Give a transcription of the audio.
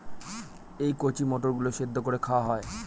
এই কচি মটর গুলো সেদ্ধ করে খাওয়া হয়